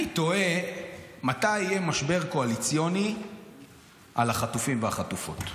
אני תוהה מתי יהיה משבר קואליציוני על החטופים והחטופות.